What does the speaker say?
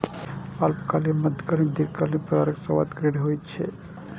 अल्पकालिक, मध्यकालिक आ दीर्घकालिक प्रकारक सावधि ऋण होइ छै